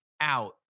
out